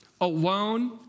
alone